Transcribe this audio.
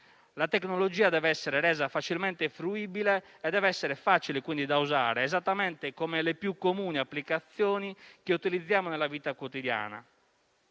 La tecnologia deve essere resa facilmente fruibile e deve essere facile da usare, esattamente come le più comuni applicazioni che utilizziamo nella vita quotidiana